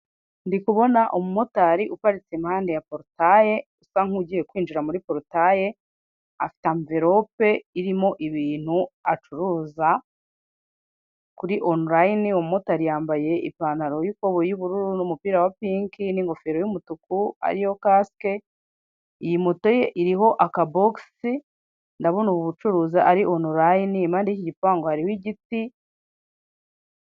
Ndikubona umu motari uparitse impande ya porutaye usa nk'ugiye kwinjira muri porutaye afite amverope irimo ibintu acuruza kuri onurayini, uwo mu motari yambaye ipantaro y'ikoboyi y'ubururu n'umupira w'iroza n'ingofero y'umutuku ariyo kasike. Iyi moto ye iriho aka bogisi(box) ndabona ubu bucuruzi ari onurayini, impande ziki gipangu hariho igiti .